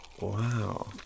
Wow